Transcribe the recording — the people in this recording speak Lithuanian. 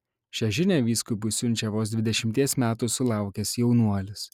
šią žinią vyskupui siunčia vos dvidešimties metų sulaukęs jaunuolis